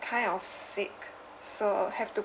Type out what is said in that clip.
kind of sick so have to